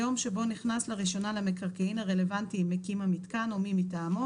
היום שבו נכנס לראשונה למקרקעין הרלוונטיים מקים המיתקן או מי מטעמו,